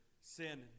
sin